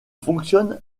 fonctionne